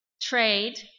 trade